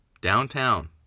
Downtown